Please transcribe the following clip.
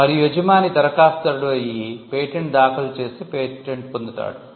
మరియు యజమాని దరఖాస్తుదారుడు అయి పేటెంట్ దాఖలు చేసి పేటెంట్ పొందుతాడు